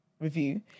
review